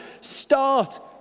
start